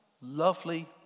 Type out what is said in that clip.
lovely